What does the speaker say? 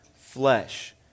flesh